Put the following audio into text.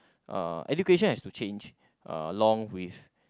uh education has to change along with